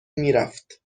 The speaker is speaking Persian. میرفت